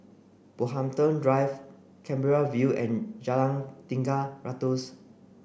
Brockhampton Drive Canberra View and Jalan Tiga Ratus